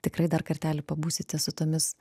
tikrai dar kartelį pabūsite su tomis